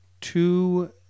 two